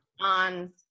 on